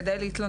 כדי להתלונן.